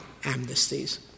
amnesties